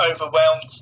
overwhelmed